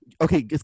okay